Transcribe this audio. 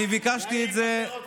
חיים,